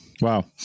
Wow